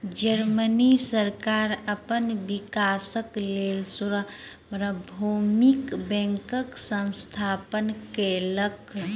Germany सरकार अपन विकासक लेल सार्वभौमिक बैंकक स्थापना केलक